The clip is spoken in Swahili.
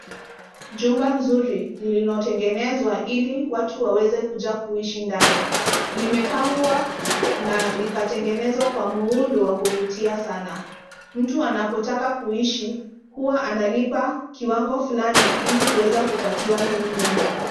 Jumba nzuri lililo tengenezwa ili watu waweze kuja kuishi ndani limepangwa na likatengenezwa kwa muundo wa kuvutia sana mtu anapotaka kuishi huwa analipa kiwango fulani ili kuweza kupatiwa hili nyumba.